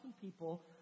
people